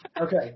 okay